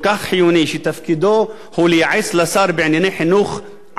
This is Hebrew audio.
שתפקידו לייעץ לשר בענייני החינוך הערבי,